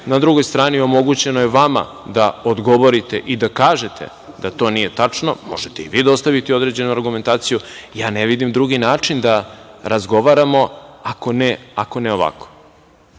drugoj strani omogućeno je vama da odgovorite i da kažete da to nije tačno. Možete i vi dostaviti određenu argumentaciju. Ne vidim drugim način da razgovaramo, ako ne ovako. Da